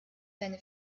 seine